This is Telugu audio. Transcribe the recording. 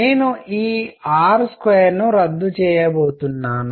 నేను ఈ r2 ను రద్దు చేయబోతున్నాను